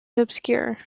obscure